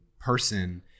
person